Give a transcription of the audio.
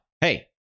hey